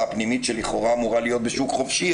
הפנימית שאמורה להיות לכאורה בשוק חופשי,